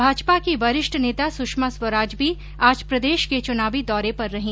भाजपा की वरिष्ठ नेता सुषमा स्वराज भी आज प्रदेश के चुनावी दौरे पर रही